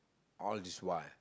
all this while